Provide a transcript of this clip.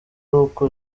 aruko